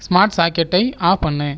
smart சாக்கெட்டை off பண்ணு